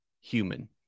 human